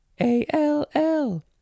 A-L-L